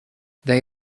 they